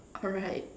alright